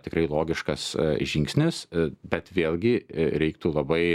tikrai logiškas žingsnis bet vėlgi reiktų labai